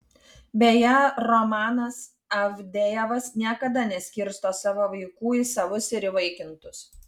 beje romanas avdejevas niekada neskirsto savo vaikų į savus ir įvaikintus